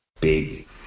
big